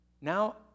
Now